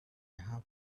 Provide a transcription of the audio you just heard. have